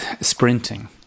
sprinting